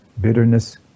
bitterness